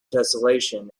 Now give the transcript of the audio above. tesselation